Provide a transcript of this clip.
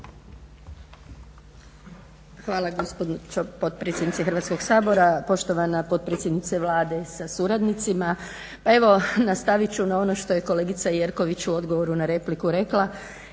Hvala gospođo potpredsjednice Hrvatskog Sabora, poštovana potpredsjednice Vlade sa suradnicima. Pa evo, nastavit ću na ono što je kolegica Jerković u odgovoru na repliku rekla.